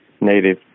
native